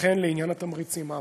והן לעניין התמריצים האמורים.